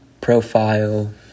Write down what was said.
profile